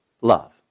love